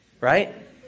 right